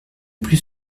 plus